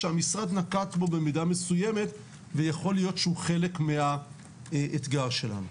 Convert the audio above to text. שהמשרד נקט בו במידה מסוימת ויכול להיות שהוא חלק מהאתגר שלנו.